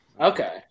Okay